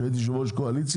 שהייתי יושב ראש הקואליציה,